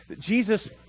Jesus